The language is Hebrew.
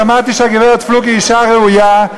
שמעתי שהגברת פלוג היא אישה ראויה,